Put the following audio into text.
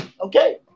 Okay